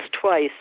twice